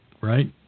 right